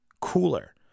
cooler